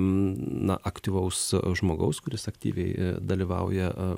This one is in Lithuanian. na aktyvaus žmogaus kuris aktyviai dalyvauja